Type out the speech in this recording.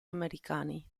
americani